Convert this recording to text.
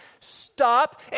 Stop